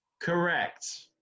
Correct